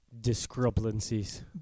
discrepancies